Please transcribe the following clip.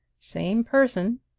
same person!